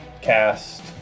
cast